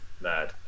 mad